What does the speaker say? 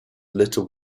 little